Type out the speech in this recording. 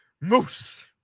moose